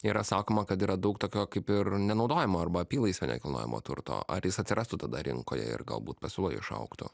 yra sakoma kad yra daug tokio kaip ir nenaudojamo arba apylaisvio nekilnojamo turto ar jis atsirastų tada rinkoje ir galbūt pasiūla išaugtų